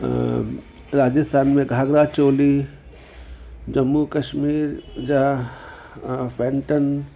राज्सथान में घाघरा चोली जम्मू कश्मीर जा फैंटन